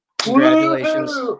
Congratulations